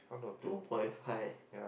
two point five